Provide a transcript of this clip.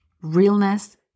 realness